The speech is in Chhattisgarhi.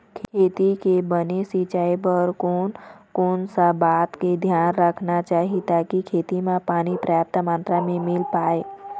खेती के बने सिचाई बर कोन कौन सा बात के धियान रखना चाही ताकि खेती मा पानी पर्याप्त मात्रा मा मिल पाए?